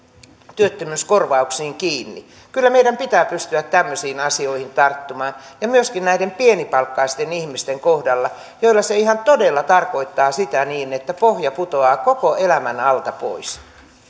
työttömyyskorvauksiin kiinni kyllä meidän pitää pystyä tämmöisiin asioihin tarttumaan ja myöskin näiden pienipalkkaisten ihmisten kohdalla joille se ihan todella tarkoittaa sitä että pohja putoaa koko elämän alta pois